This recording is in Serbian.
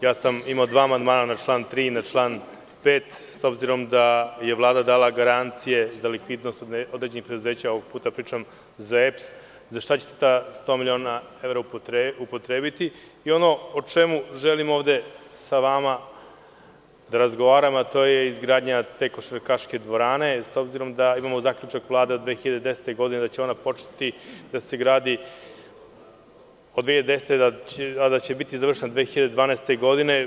Ja sam imao dva amandmana na član 3. i na član 5, s obzirom da je Vlada dala garancije za likvidnost određenih preduzeća, ovog puta pričam za EPS, za šta će se tih 100 miliona evra upotrebiti i ono o čemu još želim ovde sa vama da razgovaram je izgradnja te košarkaške dvorane, s obzirom da imamo zaključak Vlade od 2010. godine, da će ona početi da se gradi 2010. a da će biti završena 2012. godine.